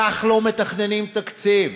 כך לא מתכננים תקציב.